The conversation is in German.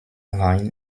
rein